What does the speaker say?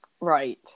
Right